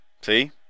See